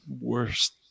worst